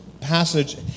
passage